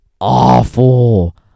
awful